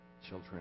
children